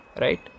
right